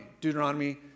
Deuteronomy